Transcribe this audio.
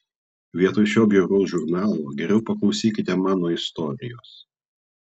vietoj šio bjauraus žurnalo geriau paklausykite mano istorijos